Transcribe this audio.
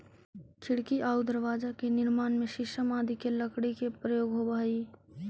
खिड़की आउ दरवाजा के निर्माण में शीशम आदि के लकड़ी के प्रयोग होवऽ हइ